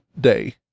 day